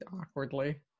awkwardly